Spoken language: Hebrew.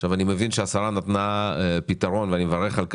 אני מבין שהשרה נתנה פתרון ואני מברך על כך,